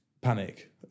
panic